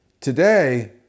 Today